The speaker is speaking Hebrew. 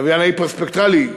הלוויין ההיפר-ספקטרלי,